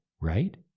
right